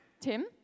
Tim